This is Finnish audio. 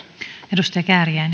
arvoisa